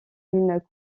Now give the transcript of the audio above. une